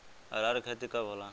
अरहर के खेती कब होला?